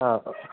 ആ